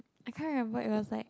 I can't remember it was like